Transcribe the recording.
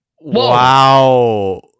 Wow